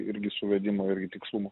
irgi suvedimo irgi tikslumo